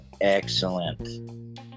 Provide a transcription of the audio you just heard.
excellent